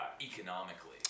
economically